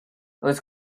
was